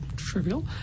trivial